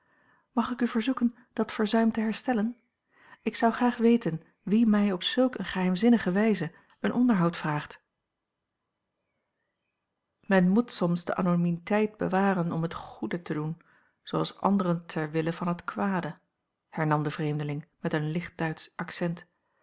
mag ik u verzoeken dat verzuim te herstellen ik zou graag weten wie mij op zulk eene geheimzinnige wijze een onderhoud vraagt men moet soms de anonymiteit bewaren om het goede te doen zooals anderen ter wille van het kwade hernam de vreemdeling met een licht duitsch accent